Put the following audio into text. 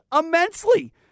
immensely